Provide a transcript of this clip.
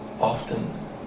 often